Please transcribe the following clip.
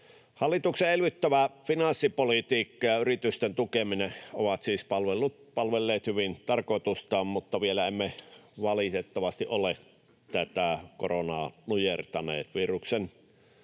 Hallituksen elvyttävä finanssipolitiikka ja yritysten tukeminen ovat siis palvelleet hyvin tarkoitustaan, mutta vielä emme valitettavasti ole tätä koronaa nujertaneet. On viruksen